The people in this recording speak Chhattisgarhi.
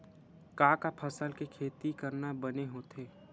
का का फसल के खेती करना बने होथे?